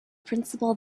principle